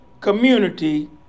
community